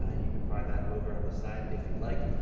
ah you can find that over on the side if you'd like.